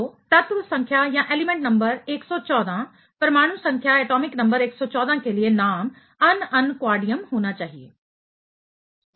तो तत्व संख्या एलिमेंट नंबर 114 परमाणु संख्या एटॉमिक नंबर 114 के लिए नाम अनअनक्वाडियम होना चाहिए